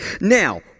Now